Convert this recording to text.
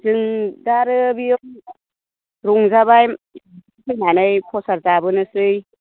जों दा आरो बेयाव रंजाबाय फैनानै फ्रसाद जाबोनोसै